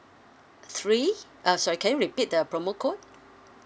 three uh sorry can you repeat the promo code